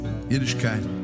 Yiddishkeit